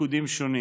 ותפקודים שונים.